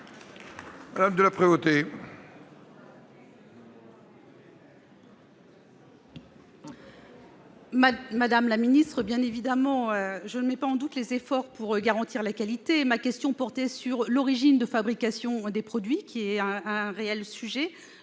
Madame la ministre, bien évidemment, je ne mets pas en doute vos efforts pour garantir la qualité. Ma question portait sur l'origine de fabrication des produits, qui est un réel sujet.